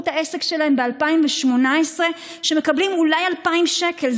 את העסק שלהם ב-2018 ומקבלים אולי 2,000 שקל.